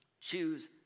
Choose